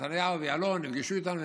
נתניהו ויעלון נפגשו איתנו,